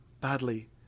Badly